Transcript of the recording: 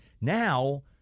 now